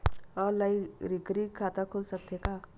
Online recurring खाता खुल सकथे का?